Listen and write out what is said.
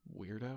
weirdo